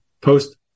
post